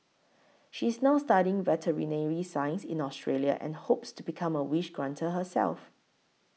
she is now studying veterinary science in Australia and hopes to become a wish granter herself